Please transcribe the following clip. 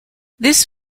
this